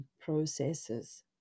processes